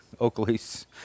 Oakleys